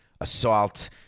assault